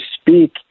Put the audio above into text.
speak